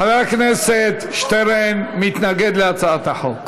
חבר הכנסת שטרן מתנגד להצעת החוק.